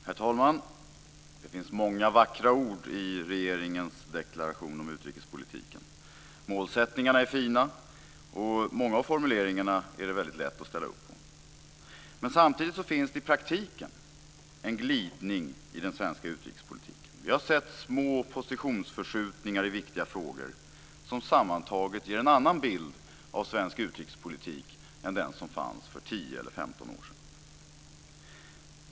Herr talman! Det finns många vackra ord i regeringens deklaration om utrikespolitiken. Målsättningarna är fina, och många av formuleringarna är det väldigt lätt att ställa upp på. Samtidigt finns det i praktiken en glidning i den svenska utrikespolitiken. Vi har sett små positionsförskjutningar i viktiga frågor som sammantaget ger en annan bild av svensk utrikespolitik än den som fanns för 10 eller 15 år sedan.